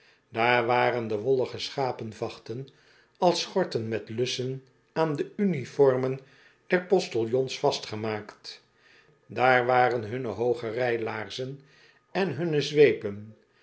daar waren de wollige schapevachten als schorten met lussen aan de uniformen der postiljons vastgemaakt daar waren hunne hooge rijlaarzen en hunne zweepen